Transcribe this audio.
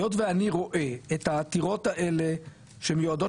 היות ואני רואה את העתירות האלה שמיועדות